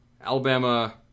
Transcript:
Alabama